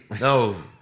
No